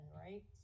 right